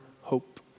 hope